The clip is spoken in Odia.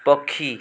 ପକ୍ଷୀ